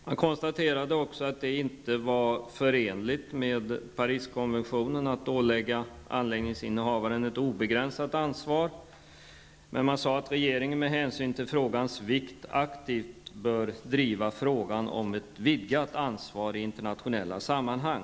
Man konstaterade också att det inte var förenligt med Pariskonventionen att ålägga anläggningsinnehavaren ett obegränsat ansvar, men man sade att regeringen med hänsyn till frågans vikt aktivt bör driva frågan om ett vidgat ansvar i internationella sammanhang.